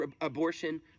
abortion